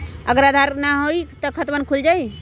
अगर आधार न होई त खातवन खुल जाई?